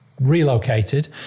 relocated